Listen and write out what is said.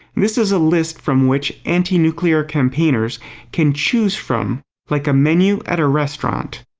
this is a list from which anti-nuclear campaigners can choose from like a menu at a restaurant.